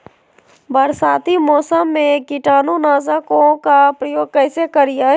बरसाती मौसम में कीटाणु नाशक ओं का प्रयोग कैसे करिये?